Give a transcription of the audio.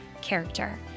character